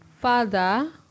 father